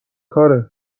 کاره